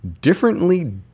Differently